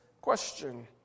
question